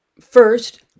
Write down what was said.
first